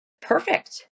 perfect